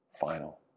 final